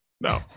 No